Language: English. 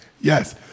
Yes